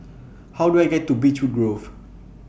How Do I get to Beechwood Grove